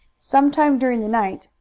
some time during the night.